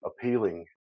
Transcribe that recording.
appealing